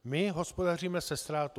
My hospodaříme se ztrátou.